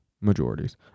majorities